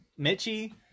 Mitchie